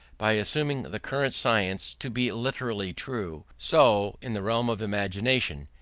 by assuming the current science to be literally true, so, in the realm of imagination,